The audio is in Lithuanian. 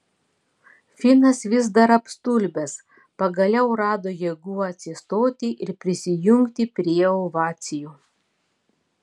finas vis dar apstulbęs pagaliau rado jėgų atsistoti ir prisijungti prie ovacijų